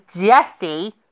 Jesse